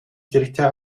dritte